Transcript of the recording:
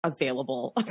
available